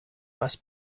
was